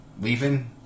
leaving